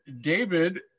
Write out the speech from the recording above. David